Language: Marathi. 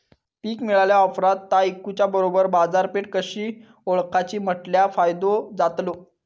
पीक मिळाल्या ऑप्रात ता इकुच्या बरोबर बाजारपेठ कशी ओळखाची म्हटल्या फायदो जातलो?